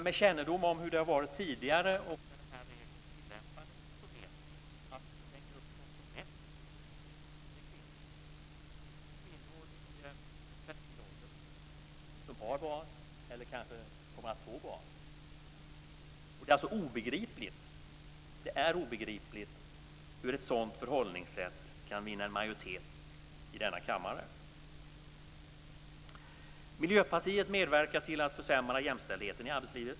Med kännedom om hur det har varit tidigare, och när den här regeln tillämpades, vet vi att den grupp som får mest stryk är kvinnor; kvinnor i fertil ålder, som har barn eller kanske kommer att få barn. Det är obegripligt att ett sådant förhållningssätt kan vinna en majoritet i denna kammare. Miljöpartiet medverkar till att försämra jämställdheten i arbetslivet.